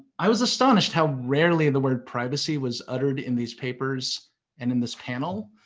i was astonished how rarely the word privacy was uttered in these papers and in this panel.